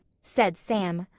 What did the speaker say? said sam.